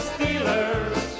Steelers